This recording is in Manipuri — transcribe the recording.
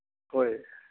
ꯍꯣꯏ